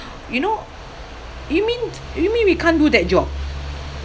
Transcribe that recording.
you know you mean you mean we can't do that job